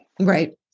Right